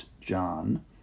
John